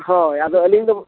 ᱦᱳᱭ ᱟᱫᱚ ᱟᱹᱞᱤᱧ ᱫᱚ